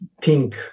pink